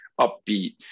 upbeat